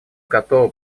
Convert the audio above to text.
готово